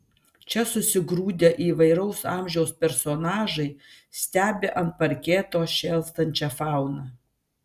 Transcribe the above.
čia susigrūdę įvairaus amžiaus personažai stebi ant parketo šėlstančią fauną